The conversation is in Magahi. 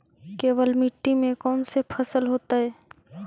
केवल मिट्टी में कौन से फसल होतै?